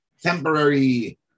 temporary